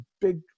big